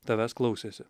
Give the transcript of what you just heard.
tavęs klausėsi